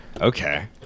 Okay